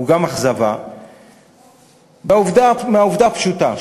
הוא גם אכזבה מהעובדה הפשוטה,